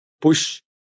push